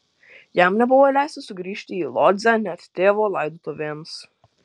jam nebuvo leista sugrįžti į lodzę net tėvo laidotuvėms